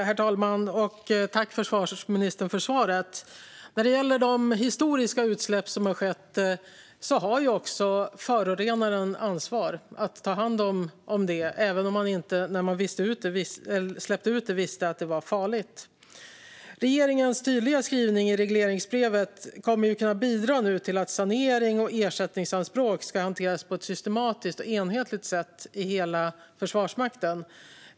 Herr talman! Tack, försvarsministern, för svaret! När det gäller de historiska utsläpp som har skett har förorenaren ansvar för att ta hand om det, även om man inte när man släppte ut det visste att det var farligt. Regeringens tydliga skrivning i regleringsbrevet kommer nu att kunna bidra till att sanering och ersättningsanspråk ska hanteras på ett systematiskt och enhetligt sätt i hela Försvarsmakten.